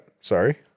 sorry